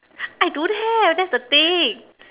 I don't have that's the thing